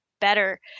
better